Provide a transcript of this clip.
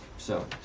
so.